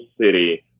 city